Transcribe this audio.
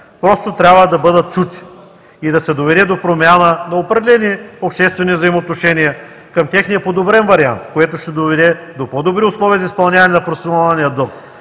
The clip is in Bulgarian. Просто трябва да бъдат чути и да се доведе до промяна на определени обществени взаимоотношения към техния подобрен вариант, което ще доведе до по-добри условия за изпълняване на професионалния дълг,